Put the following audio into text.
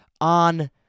on